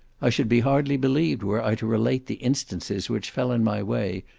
i should be hardly believed were i to relate the instances which fell in my way,